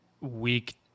week